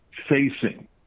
facing